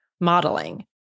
modeling